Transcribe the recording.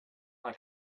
del